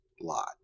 lot